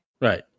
Right